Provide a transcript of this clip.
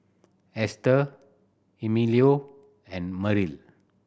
Hester Emilio and Merrill